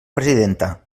presidenta